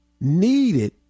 needed